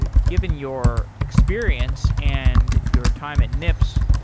ah given your experience and your time at nips,